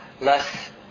less